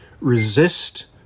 resist